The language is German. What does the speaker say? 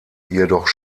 jedoch